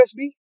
USB